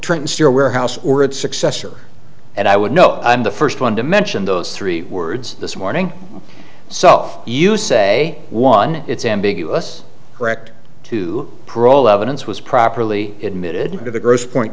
trying to steer warehouse or its successor and i would know i'm the first one to mention those three words this morning so you say one it's ambiguous correct to parole evidence was properly admitted to the grossed point